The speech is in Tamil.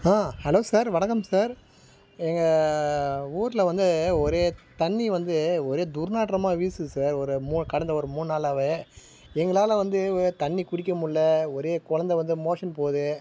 ஆ ஹலோ சார் வணக்கம் சார் எங்கள் ஊரில் வந்து ஒரே தண்ணி வந்து ஒரே துர்நாற்றமாக வீசுது சார் ஒரு மூ கடந்த ஒரு மூணு நாளாகவே எங்களால் வந்து தண்ணி குடிக்க முடில ஒரே கொழந்த வந்து மோஷன் போகுது